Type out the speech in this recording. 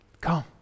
come